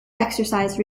exercise